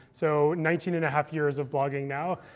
so nineteen and a half years of blogging now.